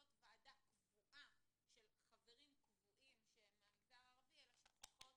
ועדה קבועה של חברים קבועים שהם מהמגזר הערבי אלא שצריכות